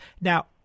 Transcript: Now